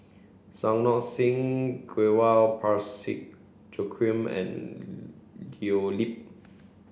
Santokh Singh Grewal Parsick Joaquim and Leo Yip